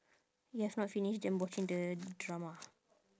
you have not finished them watching the drama